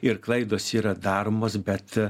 ir klaidos yra daromos bet